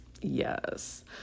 yes